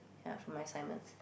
ya for my assignments